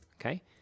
Okay